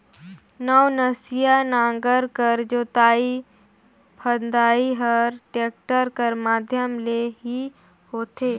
नवनसिया नांगर कर जोतई फदई हर टेक्टर कर माध्यम ले ही होथे